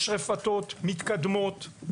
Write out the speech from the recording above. יש רפתות מתקדמות,